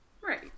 Right